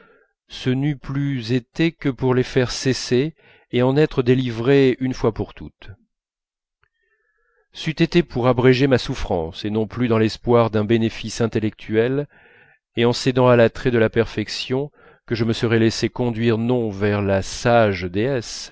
ce n'eût plus été que pour les faire cesser et en être délivré une fois pour toutes c'eût été pour abréger ma souffrance et non plus dans l'espoir d'un bénéfice intellectuel et en cédant à l'attrait de la perfection que je me serais laissé conduire non vers la sage déesse